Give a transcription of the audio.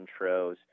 intros